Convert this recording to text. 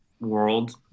world